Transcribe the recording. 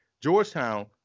Georgetown